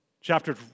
Chapter